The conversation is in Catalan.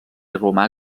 romà